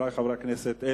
לנו תשובה על ועדת הכנסת.